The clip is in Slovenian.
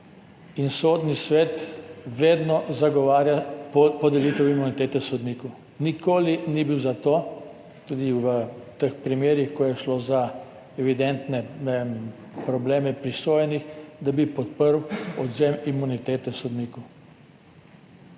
Sodni svet vedno zagovarja podelitev imunitete sodniku. Nikoli ni bil za to, tudi v teh primerih, ko je šlo za evidentne, ne vem, probleme pri sojenjih, da bi podprl odvzem imunitete sodniku.